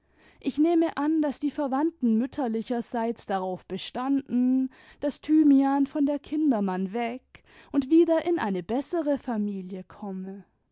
ich nehme an daß die verwandten mütterlicherseits darauf bestanden daß thymian von der kindermann weg und wieder in eine bessere familie komme